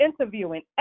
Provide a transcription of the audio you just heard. interviewing